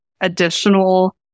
additional